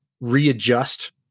readjust